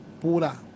pura